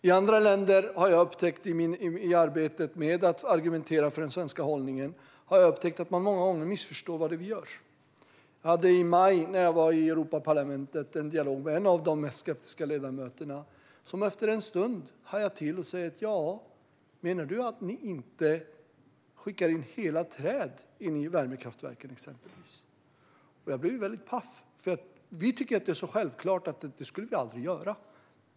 I andra länder har jag i arbetet med att argumentera för den svenska hållningen upptäckt att man många gånger missförstår vad det är vi gör. När jag var i Europaparlamentet i maj hade jag en dialog med en av de mest skeptiska ledamöterna, som efter en stund hajade till och sa: Menar du att ni inte skickar in hela träd i värmekraftverken? Jag blev paff, för vi tycker ju att det är självklart att vi aldrig skulle göra det.